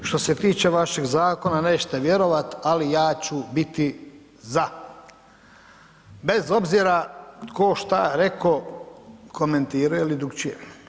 Što se tiče vašeg zakona, nećete vjerovat, ali ja ću biti za, bez obzira tko šta reko, komentirao ili drukčije.